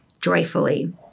joyfully